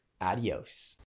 adios